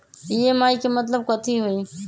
EMI के मतलब कथी होई?